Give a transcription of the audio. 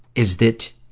is that